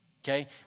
Okay